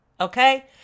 okay